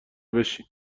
بشین